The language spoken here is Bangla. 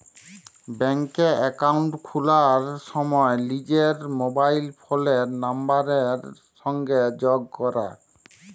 ব্যাংকে একাউল্ট খুলার সময় লিজের মবাইল ফোলের লাম্বারের সংগে যগ ক্যরা